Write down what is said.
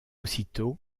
aussitôt